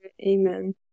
Amen